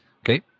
Okay